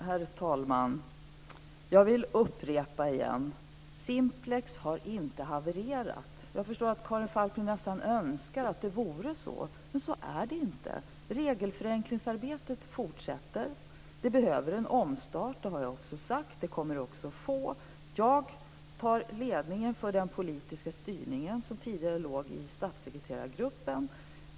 Herr talman! Jag vill åter upprepa att Simplex inte har havererat. Jag förstår att Karin Falkmer nästan önskar att det vore så, men så är det inte. Regelförenklingsarbetet fortsätter. Det behöver en omstart. Det har jag också sagt. Det kommer det också att få. Jag tar ledningen för den politiska styrningen, som tidigare låg i statssekreterargruppen.